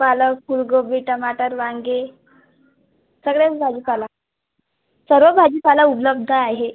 पालक फुलगोबी टमाटर वांगे सगळेच भाजीपाला सर्व भाजीपाला उपलब्ध आहे